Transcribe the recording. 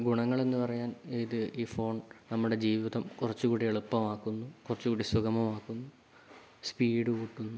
ഗുണങ്ങളെന്നു പറയാൻ ഇത് ഈ ഫോൺ നമ്മുടെ ജീവിതം കുറച്ചുകൂടെ എളുപ്പമാക്കുന്നു കുറച്ചൂകൂടി സുഗമമാക്കുന്നു സ്പീഡ് കൂട്ടുന്നു